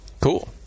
Cool